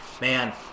man